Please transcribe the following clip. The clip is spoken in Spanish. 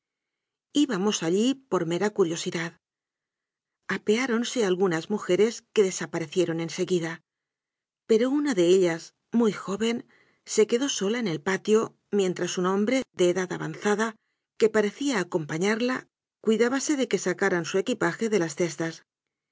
vehículos ibamos allí por mera curiosidad apeáronse algunas mujeres que desaparecieron en seguida pero una de ellas muy joven se quedó sola en el patio mientras un hombre de edad avanzada que parecía acom pañarla cuidábase de que sacaran su equipaje de las cestas